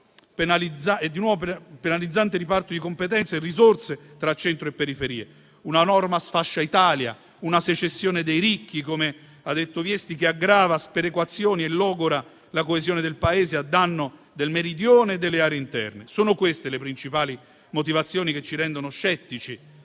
e di un penalizzante riparto di competenze e risorse tra centro e periferie. Una norma sfascia Italia, una secessione dei ricchi, come ha detto Viesti, che aggrava sperequazioni e logora la coesione del Paese a danno del Meridione e delle aree interne. Sono queste le principali motivazioni che ci rendono scettici